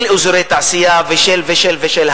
של אזורי תעשייה, ושל ושל ושל.